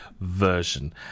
version